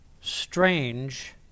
strange